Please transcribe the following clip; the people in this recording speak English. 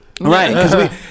Right